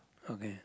okay